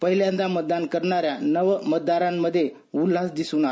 पहिल्यांदा मतदान करणाऱ्या मतदारांमध्ये उल्हास दिसून आला